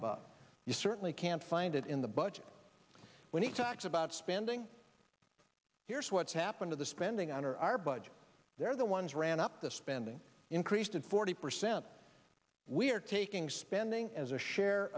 about you certainly can't find it in the budget when he talks about spending here's what's happened to the spending under our budget they're the ones ran up the spending increased it forty percent we're taking spending as a share